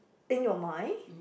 in your mind